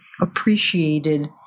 appreciated